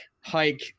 hike